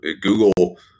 Google